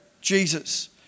Jesus